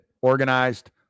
organized